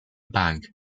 bank